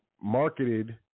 marketed